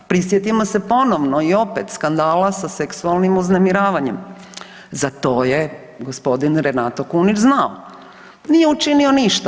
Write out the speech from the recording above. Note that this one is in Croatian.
Prisjetimo se ponovno i opet skandala sa seksualnim uznemiravanjem, za to je gospodin Renato Kunić znao, nije učinio ništa.